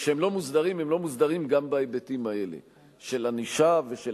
וכשהם לא מוסדרים הם לא מוסדרים גם בהיבטים האלה של ענישה ושל